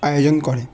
আয়োজন করে